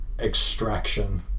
extraction